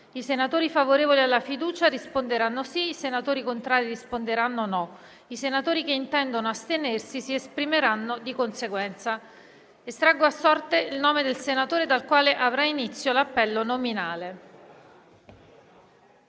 I senatori favorevoli alla fiducia risponderanno sì; i senatori contrari risponderanno no; i senatori che intendono astenersi si esprimeranno di conseguenza. Estraggo ora a sorte il nome del senatore dal quale avrà inizio l'appello nominale.